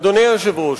אדוני היושב-ראש,